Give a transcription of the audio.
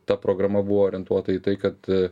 ta programa buvo orientuota į tai kad